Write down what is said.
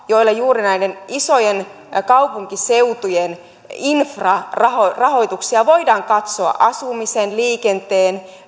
joilla juuri näiden isojen kaupunkiseutujen infrarahoituksia voidaan katsoa asumisen liikenteen ja